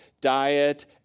diet